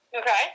okay